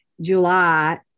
July